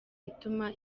ituma